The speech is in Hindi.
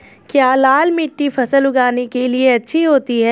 क्या लाल मिट्टी फसल उगाने के लिए अच्छी होती है?